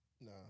no